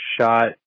shot